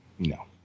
No